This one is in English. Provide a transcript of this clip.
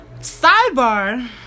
Sidebar